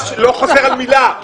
לא חוזר על מילה.